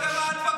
לא, זה לא נורמלי.